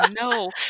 no